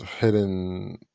hidden